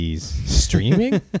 streaming